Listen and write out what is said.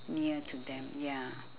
near to them ya